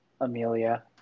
Amelia